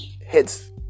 hits